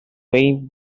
weighs